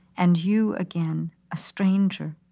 and you again a stranger.